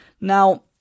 Now